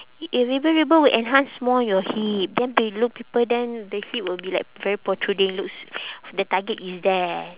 if ribbon ribbon will enhance more your hip then peo~ look people then the hip will be like very protruding looks the target is there